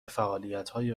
فعالیتهای